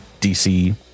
DC